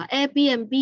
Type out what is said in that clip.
AirBnB